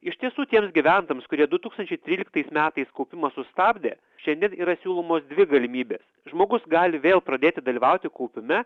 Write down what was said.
iš tiesų tiems gyventojams kurie du tūkstančiai tryliktais metais kaupimą sustabdė šiandien yra siūlomos dvi galimybės žmogus gali vėl pradėti dalyvauti kaupime